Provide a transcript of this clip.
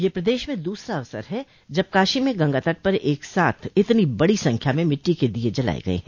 यह प्रदेश में दूसरा अवसर है जब काशी में गंगा तट पर एक साथ इतनी बड़ी संख्या में मिटटी के दिये जलाये गये हैं